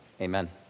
Amen